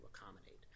accommodate